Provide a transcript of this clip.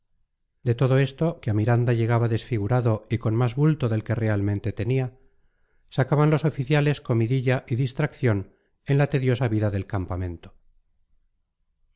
de todo esto que a miranda llegaba desfigurado y con más bulto del que realmente tenía sacaban los oficiales comidilla y distracción en la tediosa vida del campamento